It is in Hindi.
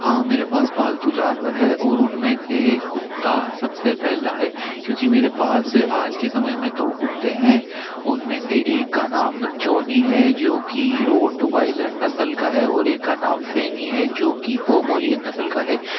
हाँ मेरे पास पालतू जानवर है और उनमें से कुत्ता सबसे पहला है क्यूंकि मेरे पास आज के समय में दो कुत्ते हैं उनमें से एक का नाम जॉनी है जो कि रोटवॉइलन नस्ल का है और एक का नाम फेनी है जो कि पोमोलियन नस्ल का है